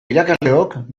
irakasleok